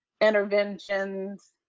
interventions